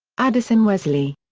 addison-wesley.